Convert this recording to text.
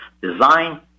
design